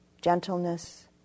gentleness